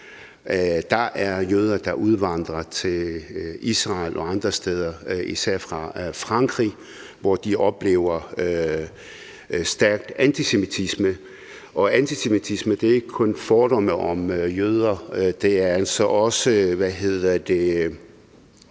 Der er jøder, der udvandrer til Israel og andre steder, især fra Frankrig, hvor de oplever stærk antisemitisme. Antisemitisme er ikke kun fordomme om jøder; det er altså også, når man